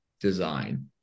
design